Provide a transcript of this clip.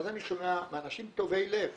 ואז אני שומע מאנשים טובי לב